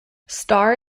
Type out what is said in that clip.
star